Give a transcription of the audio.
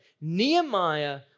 Nehemiah